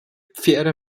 pferde